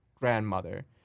grandmother